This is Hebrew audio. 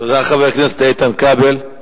תודה, חבר הכנסת איתן כבל.